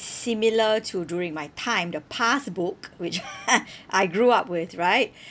similar to during my time the passbook which I grew up with right